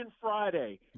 Friday